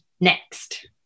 next